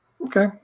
okay